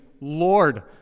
Lord